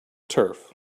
turf